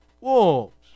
wolves